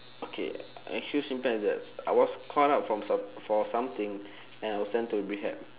okay actually simple as that I was caught up from some~ for something and I was sent to rehab